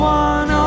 one